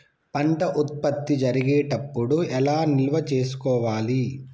పంట ఉత్పత్తి జరిగేటప్పుడు ఎలా నిల్వ చేసుకోవాలి?